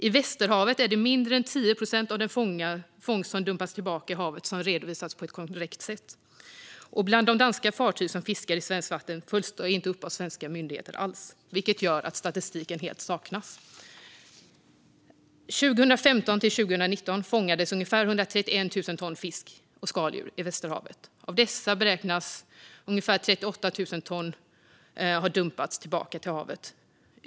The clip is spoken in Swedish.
I Västerhavet är det mindre än 10 procent av den fångst som dumpas tillbaka i havet som redovisas på ett korrekt vis. När det gäller de danska fartyg som fiskar i svenskt vatten följs det inte alls upp av svenska myndigheter, vilket gör att statistik helt saknas. Åren 2015-2019 fångades ungefär 131 000 ton fisk och skaldjur i Västerhavet. Av dessa beräknas ungefär 38 000 ton ha dumpats tillbaka i havet.